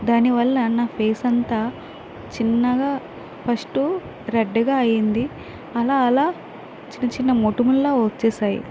దానివల్ల నా ఫేస్ అంతా చిన్నగా ఫస్ట్ రెడ్గా అయింది అలా అలా చిన్న చిన్న మొటిమల్లా వచ్చేశాయి